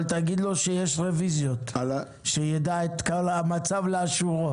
אבל תגיד לו שיש רביזיות, שיידע את המצב לאשורו.